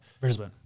Brisbane